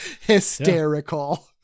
hysterical